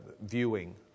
viewing